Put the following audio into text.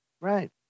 Right